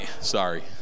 sorry